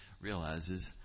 realizes